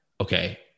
Okay